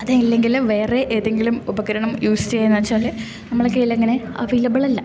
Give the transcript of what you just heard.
അതല്ലങ്കില് വേറെ ഏതെങ്കിലും ഉപകരണം യൂസ് ചെയ്യാന്ന് വെച്ചാല് നമ്മളുടെ കയ്യിലങ്ങനെ അവൈലബിൾ അല്ല